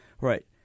right